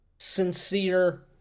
sincere